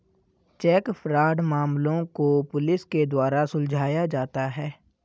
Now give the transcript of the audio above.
check fraud मामलों को police के द्वारा सुलझाया जाता है